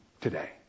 today